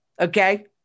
Okay